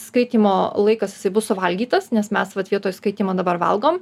skaitymo laikas jisai bus suvalgytas nes mes vat vietoj skaitymo dabar valgom